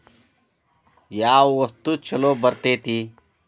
ಯಾವ ವಸ್ತು ಛಲೋ ಬರ್ತೇತಿ?